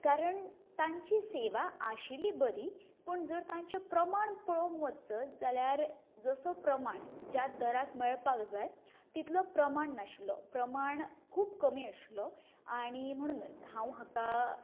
कारण तांची सेवा आशिल्ली बरी पूण जर तांचें प्रमाण पळोवंक वचत जाल्यार जसो प्रमाण ज्या दराक मेळपाक जाय तितलो प्रमाण नाशिल्लो प्रमाण खूब कमी आशिल्लो आनी म्हणुनच हांव हाका